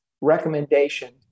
recommendation